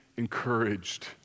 Encouraged